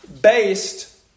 based